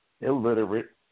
illiterate